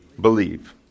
Believe